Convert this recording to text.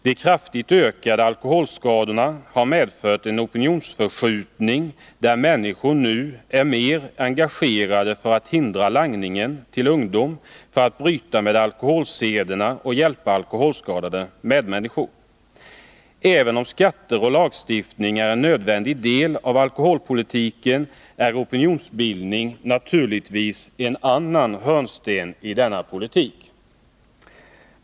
De kraftigt ökade alkoholskadorna har medfört en opinionsförskjutning, där människor nu är mer engagerade för att hindra langningen till ungdom, för att bryta med alkoholsederna och hjälpa alkoholskadade medmänniskor. Även om skatter och lagstiftning är en nödvändig del av alkoholpolitiken är opinionsbildning naturligtvis en annan hörnsten i denna politik.